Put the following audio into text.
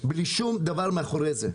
בלי שום דבר מאחורי זה.